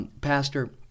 Pastor